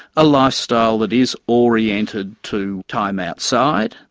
a lifestyle that is oriented to time outside,